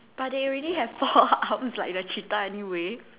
but they already have four arms like the cheetah anyway